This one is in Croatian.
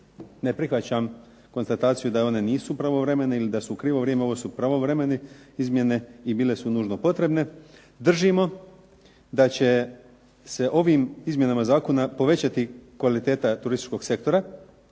Ne prihvaćam konstataciju da one nisu pravovremene ili da su u krivo vrijeme. Ovo su pravovremene izmjene i bile su nužno potrebne. Držimo da će se ovim izmjenama zakona povećati kvaliteta turističkog sektora